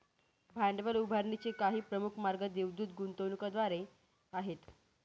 भांडवल उभारणीचे काही प्रमुख मार्ग देवदूत गुंतवणूकदारांद्वारे आहेत